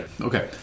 Okay